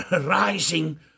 rising